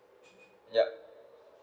yup